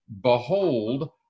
behold